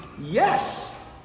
yes